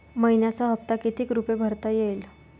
मइन्याचा हप्ता कितीक रुपये भरता येईल?